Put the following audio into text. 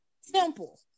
simple